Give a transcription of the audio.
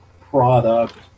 product